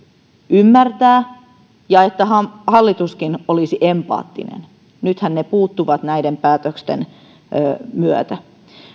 ymmärtää ja että hallituskin olisi empaattinen nythän se puuttuu näiden päätösten myötä